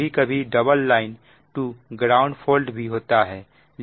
कभी कभी double line to ground fault भी होता है